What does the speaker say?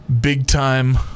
big-time